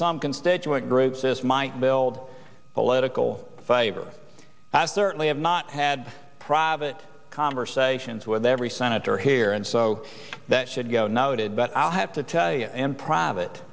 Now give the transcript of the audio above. some constituent groups this might build political favor i certainly have not had private conversations with every senator here and so that should go noted but i'll have to tell you in private